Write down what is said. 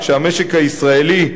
כשהמשק הישראלי,